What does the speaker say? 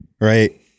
right